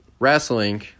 Wrestling